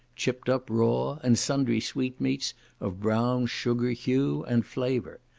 chipped up raw, and sundry sweetmeats of brown sugar hue and flavour.